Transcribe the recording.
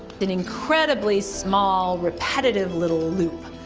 an incredibly small repetitive little loop,